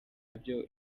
byo